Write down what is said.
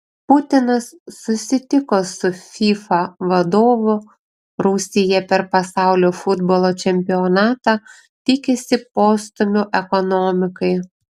putinas susitiko su fifa vadovu rusija per pasaulio futbolo čempionatą tikisi postūmio ekonomikai